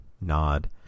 nod